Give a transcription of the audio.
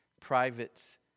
Private